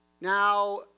now